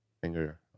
finger